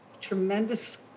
tremendous